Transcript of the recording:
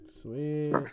Sweet